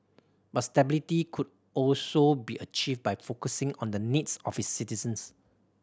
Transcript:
but stability could also be achieved by focusing on the needs of its citizens